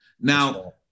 Now